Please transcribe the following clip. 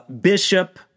Bishop